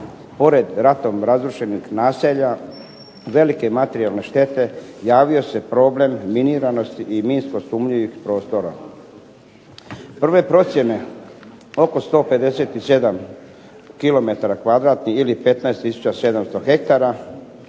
pored ratom razrušenih naselja, velike materijalne štete, javio se problem miniranosti i minsko sumnjivih prostora. Prve su procjene oko 157 km2 ili 15 tisuća 700 hektara.